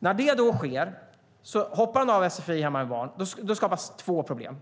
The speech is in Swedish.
Om hon då hoppar av sfi och är hemma med barnen skapas två problem.